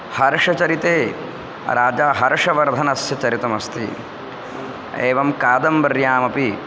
हर्षचरिते राजा हर्षवर्धनस्य चरितमस्ति एवं कादम्बर्यामपि